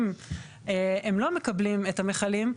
אם הם לא מקבלים את המכלים,